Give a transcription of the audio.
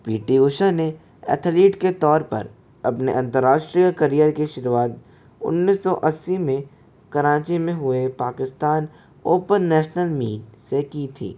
P T Usha ने athlete के तौर पर अपने अन्तर्राष्ट्रीय करिअर के शुरुआत उन्नीस सौ अस्सी में कराँची में हुए पाकिस्तान ओपन नैशनल मीट से की थी